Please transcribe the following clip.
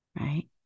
right